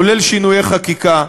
כולל שינויי חקיקה.